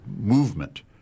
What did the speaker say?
movement